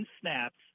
snaps